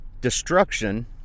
destruction